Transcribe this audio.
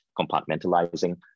compartmentalizing